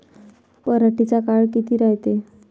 पराटीचा काळ किती रायते?